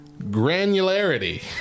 granularity